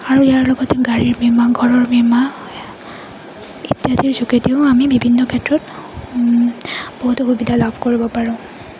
আৰু ইয়াৰ লগতে গাড়ীৰ বীমা ঘৰৰ বীমা ইত্যাদিৰ যোগেদিও আমি বিভিন্ন ক্ষেত্ৰত বহুতো সুবিধা লাভ কৰিব পাৰোঁ